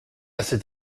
cet